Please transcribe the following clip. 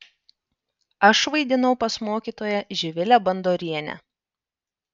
aš vaidinau pas mokytoją živilę bandorienę